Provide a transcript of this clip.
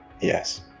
Yes